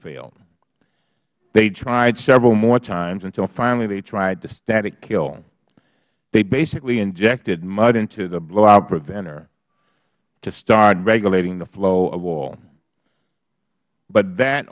failed they tried several more times until finally they tried the static kill they basically injected mud into the blowout preventer to start regulating the flow of oil but that